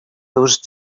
those